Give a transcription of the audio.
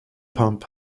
pump